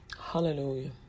hallelujah